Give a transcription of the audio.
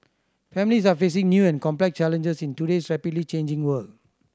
families are facing new and complex challenges in today's rapidly changing world